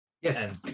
yes